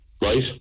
right